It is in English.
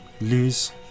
lose